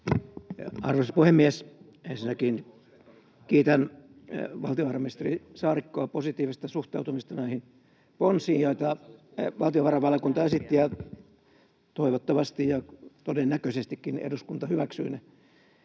Arvoisa puhemies! Ensinnäkin kiitän valtiovarainministeri Saarikkoa positiivisesta suhtautumisesta näihin ponsiin, joita valtiovarainvaliokunta esitti. Toivottavasti, ja todennäköisestikin, eduskunta hyväksyy ne